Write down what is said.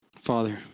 Father